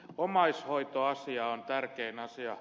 omaishoitoasia on tärkein asia